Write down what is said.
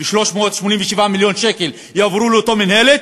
ו-387 מיליון שקל יועברו לאותה מינהלת,